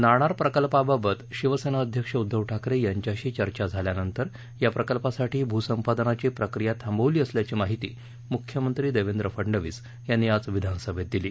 नाणार प्रकल्पाबाबत शिवसेना अध्यक्ष उद्धव ठाकरे यांच्याशी चर्चा झाल्यानंतर या प्रकल्पासाठी भूसंपादनाची प्रक्रिया थांबवली असल्याची माहिती मुख्यमंत्री देवेंद्र फडनवीस यांनी आज विधानसभेत दिली